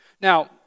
Now